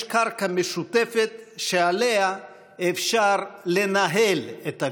קרקע משותפת שעליה אפשר לנהל את הוויכוח,